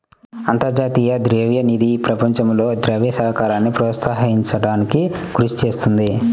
అంతర్జాతీయ ద్రవ్య నిధి ప్రపంచంలో ద్రవ్య సహకారాన్ని ప్రోత్సహించడానికి కృషి చేస్తుంది